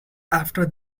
after